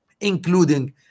including